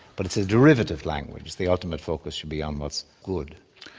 but it's a derivative language, the ultimate focus should be on what's good.